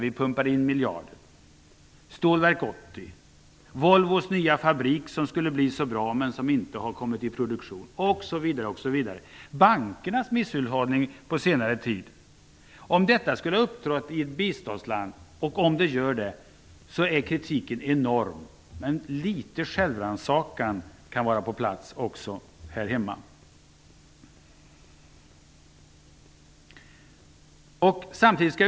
Vi pumpade in miljarder. Jag kan nämna Stålverk 80, Volvos nya fabrik som skulle bli så bra men som inte har kommit i produktion och bankernas misshushållning på senare tid. Om liknande situationer skulle uppstå i ett biståndsland blir kritiken enorm. Det kan vara på plats med litet självrannsakan.